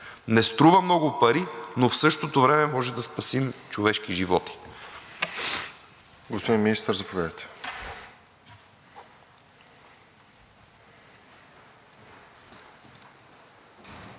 Не струва много пари, но в същото време може да спасим човешки животи.